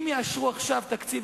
אם יאשרו עכשיו תקציב,